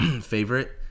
favorite